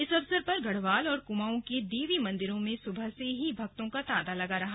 इस अवसर पर गढ़वाल और कुमाऊं के देवी मंदिरों में सुबह से ही भक्तों का तांता लगा रहा